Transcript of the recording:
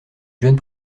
jeune